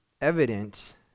evident